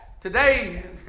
Today